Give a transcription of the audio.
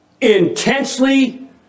intensely